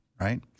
right